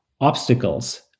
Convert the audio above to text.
obstacles